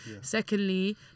Secondly